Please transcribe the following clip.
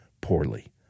poorly